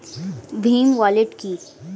Bhim wallet কি?